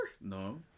No